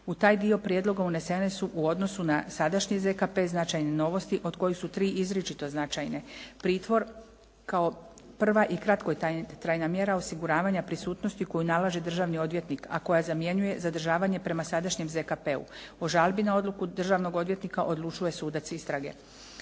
U taj dio prijedloga unesene su u odnosu na sadašnji ZKP značajne novosti od kojih su tri izričito značajne. Pritvor kao prva i kratkotrajna mjera osiguravanja prisutnosti koju nalaže državni odvjetnik a koja zamjenjuje zadržavanje prema sadašnjem ZKP-u. O žalbi na odluku državnog odvjetnika odlučuje sudac istrage.